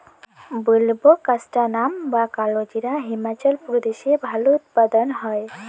বুলবোকাস্ট্যানাম বা কালোজিরা হিমাচল প্রদেশে ভালো উৎপাদন হয়